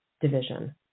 division